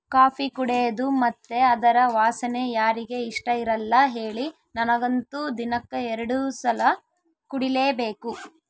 coffee ಕುಡೇದು ಮತ್ತೆ ಅದರ ವಾಸನೆ ಯಾರಿಗೆ ಇಷ್ಟಇರಲ್ಲ ಹೇಳಿ ನನಗಂತೂ ದಿನಕ್ಕ ಎರಡು ಸಲ ಕುಡಿಲೇಬೇಕು